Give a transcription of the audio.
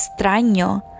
extraño